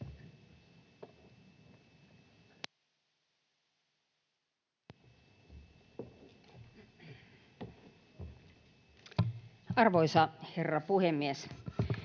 Arvoisa herra puhemies!